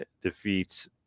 defeats